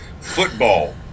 football